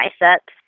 biceps